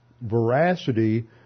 veracity